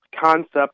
concept